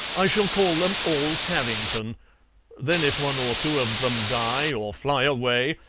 i shall call them all tarrington then if one or two of them die or fly away,